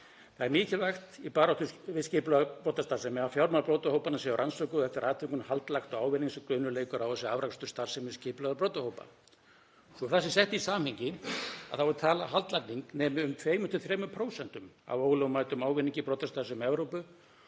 Það er mikilvægt í baráttu við skipulagða brotastarfsemi að fjármál brotahópanna séu rannsökuð og eftir atvikum haldlagður ávinningur sem grunur leikur á að sé afrakstur starfsemi skipulagðra brotahópa. Svo það sé sett í samhengi þá er talið að haldlagning nemi um 2–3% af ólögmætum ávinningi brotastarfsemi Evrópu